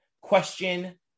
question